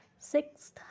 Sixth